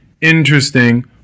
interesting